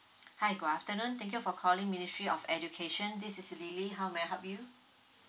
hi good afternoon thank you for calling ministry of education this is lily how may I help you